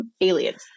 aliens